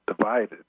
divided